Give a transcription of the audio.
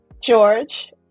George